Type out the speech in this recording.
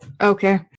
okay